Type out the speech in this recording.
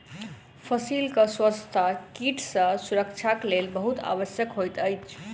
फसीलक स्वच्छता कीट सॅ सुरक्षाक लेल बहुत आवश्यक होइत अछि